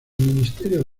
ministerio